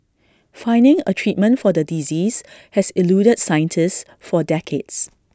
finding A treatment for the disease has eluded scientists for decades